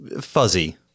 fuzzy